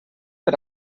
per